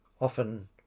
often